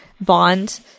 bond